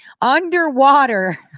Underwater